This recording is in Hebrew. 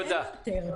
אין יותר.